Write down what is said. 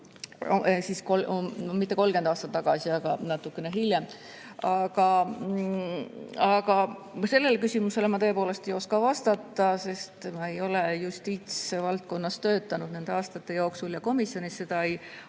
Mitte küll 30 aastat tagasi, aga natuke hiljem. Aga sellele küsimusele ma tõepoolest ei oska vastata, sest ma ei ole justiitsvaldkonnas töötanud nende aastate jooksul ja komisjonis seda ei